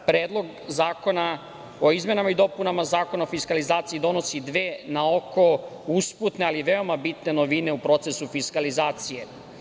Predlog zakona o izmenama i dopunama Zakona o fiskalizaciji donosi dve na oko usputne, ali veoma bitne novine u procesu fiskalizacije.